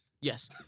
Yes